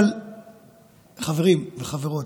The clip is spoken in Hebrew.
אבל חברים וחברות,